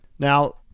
Now